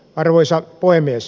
arvoisa puhemies